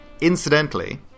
Incidentally